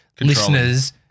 listeners-